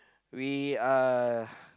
we are